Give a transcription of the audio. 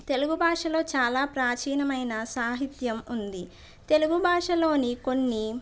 తెలుగు భాషలో చాలా ప్రాచీనమైన సాహిత్యం ఉంది తెలుగు భాషలోని కొన్ని